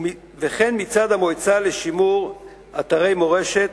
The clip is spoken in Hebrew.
וכן מצד המועצה לשימור אתרי מורשת,